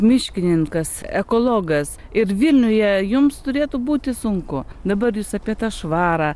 miškininkas ekologas ir vilniuje jums turėtų būti sunku dabar jūs apie tą švarą